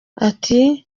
ati